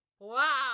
Wow